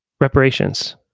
Reparations